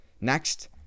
Next